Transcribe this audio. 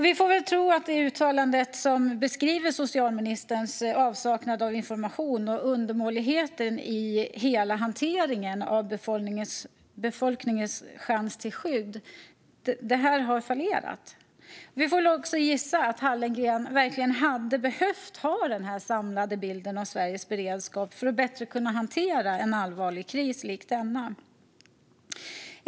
Vi får väl tro det uttalande som beskriver socialministerns avsaknad av information och undermåligheten i hela hanteringen av befolkningens chans till skydd. Detta har fallerat. Vi får också gissa att Hallengren verkligen hade behövt ha denna samlade bild av Sveriges beredskap för att bättre kunna hantera en allvarlig kris likt denna.